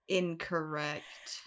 incorrect